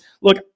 look